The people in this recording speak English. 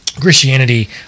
Christianity